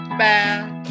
bad